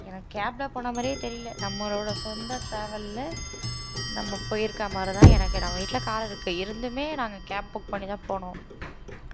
எனக்கு கேபில் போன மாதிரியே தெரியல நம்மளோடய சொந்த ட்ராவலில் நம்ம போயிருக்கமாதிரி தான் எனக்கு நம்ம வீட்டில் கார் இருக்குது இருந்தும் நாங்கள் கேப் புக் பண்ணி தான் போனோம்